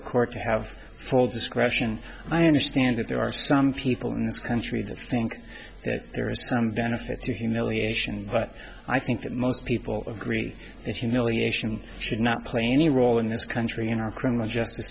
district court to have full discretion i understand that there are some people in this country that think that there is some benefit to humiliation but i think that most people agree if you merely nation should not play any role in this country in our criminal justice